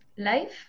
life